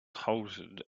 halted